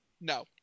No